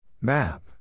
map